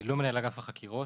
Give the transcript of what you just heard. אני לא מנהל אגף החקירות,